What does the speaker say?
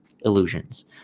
illusions